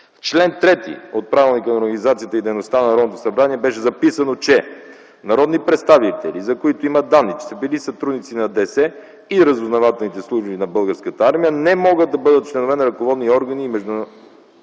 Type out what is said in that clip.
чл. 3 от Правилника за организацията и дейността на Народното събрание беше записано, че: „Народни представители, за които има данни, че са били сътрудници на Държавна сигурност и разузнавателните служби на Българската армия, не могат да бъдат членове на ръководни органи и международни